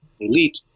elite